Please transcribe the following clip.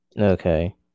Okay